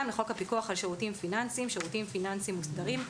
לחוק הפיקוח על שירותים פיננסיים (שירותים פיננסיים מוסדרים),